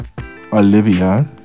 olivia